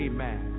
Amen